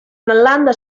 nalanda